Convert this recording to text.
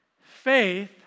Faith